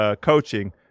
coaching